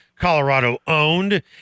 Colorado-owned